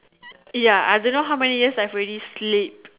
ya I don't know how many years I've already sleep